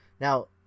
Now